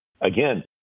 again